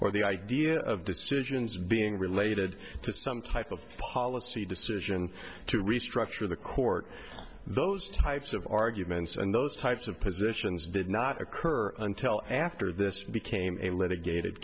or the idea of decisions being related to some type of policy decision to restructure the court those types of arguments and those types of positions did not occur until after this became a l